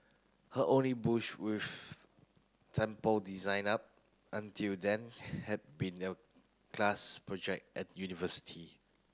her only bush with temple design up until then had been class project at university